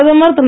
பிரதமர் திரு